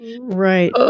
Right